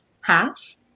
half